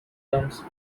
comes